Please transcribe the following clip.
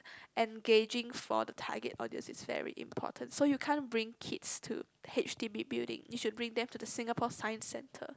engaging for the target audience is very important so you can't bring kids to H_D_B building you should bring them to the Singapore Science-Centre